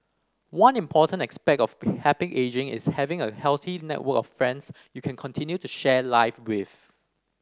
one important aspect of happy ageing is having a healthy network of friends you can continue to share life with